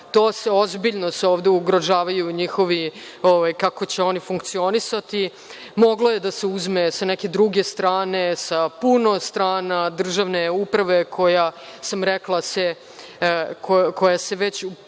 ozbiljno se ovde ugrožavaju njihovi, kako će oni funkcionisati. Moglo je da se uzme sa neke druge strane, sa puno strana državne uprave koja se već tokom